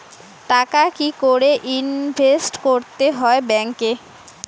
টাকা কি করে ইনভেস্ট করতে হয় ব্যাংক এ?